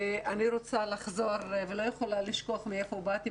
ואני רוצה לחזור ולא יכולה לשכוח מאיפה באתי,